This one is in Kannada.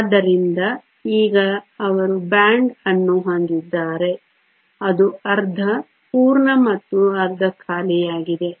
ಆದ್ದರಿಂದ ಈಗ ಅವರು ಬ್ಯಾಂಡ್ ಅನ್ನು ಹೊಂದಿದ್ದಾರೆ ಅದು ಅರ್ಧ ಪೂರ್ಣ ಮತ್ತು ಅರ್ಧ ಖಾಲಿಯಾಗಿದೆ